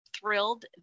thrilled